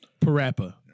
Parappa